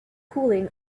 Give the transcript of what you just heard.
cooling